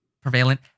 prevalent